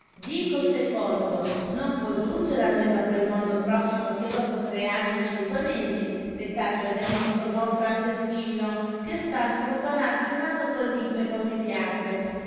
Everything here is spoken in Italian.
dico secondo non può giungere a noi da quel mondo prossimo che dopo tre anni e cinque mesi l'età cioè del nostro buon franceschino che sta a sfruconarsi il naso col dito e non mi piace